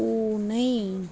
பூனை